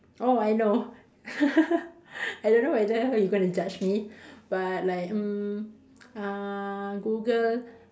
oh I know I don't know whether you going to judge me but like mm uh Google